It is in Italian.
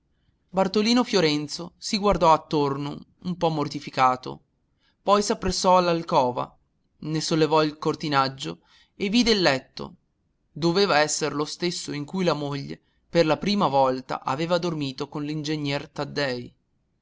bartolino fiorenzo si guardò attorno un po mortificato poi s'appressò all'alcova ne sollevò il cortinaggio e vide il letto doveva esser lo stesso in cui la moglie per la prima volta aveva dormito con l'ingegner taddei